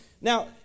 Now